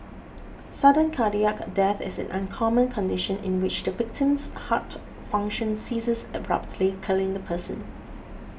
sudden cardiac death is an uncommon condition in which the victim's heart function ceases abruptly killing the person